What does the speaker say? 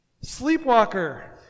sleepwalker